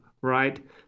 right